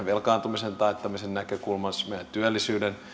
velkaantumisen taittamisen näkökulmasta meidän työllisyyden